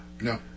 No